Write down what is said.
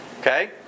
Okay